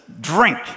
drink